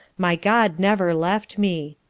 my god never left me.